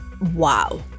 Wow